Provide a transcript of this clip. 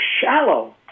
shallow